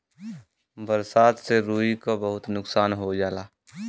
बरसात से रुई क बहुत नुकसान हो जाला